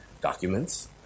documents